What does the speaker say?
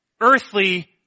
earthly